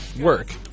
work